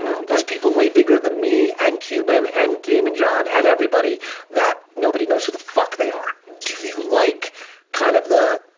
people way bigger than me and cuban and daymond john and everybody that nobody knows who the fuck they are. do you like kind of the,